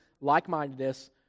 like-mindedness